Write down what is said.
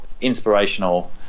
inspirational